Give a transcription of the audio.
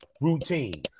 routine